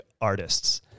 artists